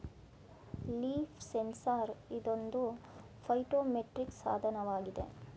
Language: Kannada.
ಲೀಫ್ ಸೆನ್ಸಾರ್ ಇದೊಂದು ಫೈಟೋಮೆಟ್ರಿಕ್ ಸಾಧನವಾಗಿದೆ